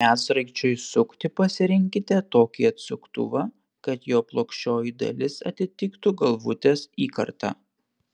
medsraigčiui sukti pasirinkite tokį atsuktuvą kad jo plokščioji dalis atitiktų galvutės įkartą